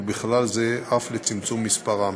ובכלל זה אף לצמצום מספרם.